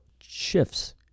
shifts